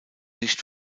nicht